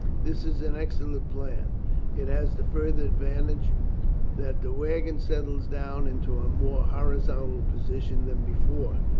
this is an excellent plan it has the further advantage that the wagon settles down into a more horizontal position than before.